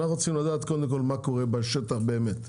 אנחנו רוצים לדעת קודם כל מה קורה בשטח באמת.